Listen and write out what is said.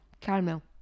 Caramel